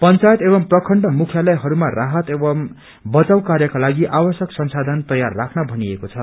पंचायत एंव प्रखण्ड मुख्यालयहरूमा राहत एवं बचाउ कार्यकालागि आवश्यक संसाथन तार राख्न भनिएको छ